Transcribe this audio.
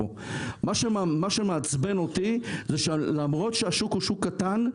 מה שמעצבן אותי זה שלמרות שהשוק הוא שוק קטן,